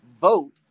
vote